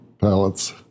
palettes